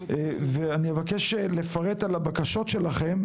ואני מבקש גם לפרט על הבקשות שלכם,